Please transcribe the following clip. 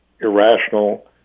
irrational